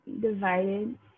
Divided